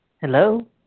Hello